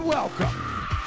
Welcome